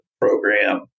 program